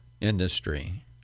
industry